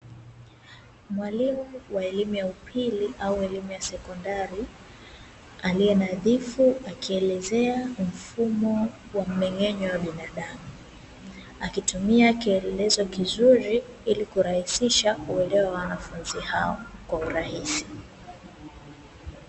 Mwalimu wa elimu ya upili au elimu ya sekondari aliye nadhifu akielezea mfumo wa mmeng'enyo wa binadamu, akitumia kielelezo kizuri ili kurahisisha uelewa wa wanafunzi hao kwa urahisi.